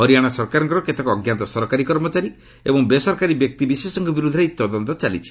ହରିଆଣା ସରକାରଙ୍କର କେତେକ ଅଜ୍ଞାତ ସରକାରୀ କର୍ମଚାରୀ ଏବଂ ବେସରକାରୀ ବ୍ୟକ୍ତିବିଶେଷଙ୍କ ବିରୁଦ୍ଧରେ ଏହି ତଦନ୍ତ ଚାଲିଛି